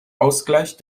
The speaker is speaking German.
ausgleich